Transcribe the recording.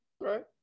right